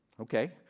okay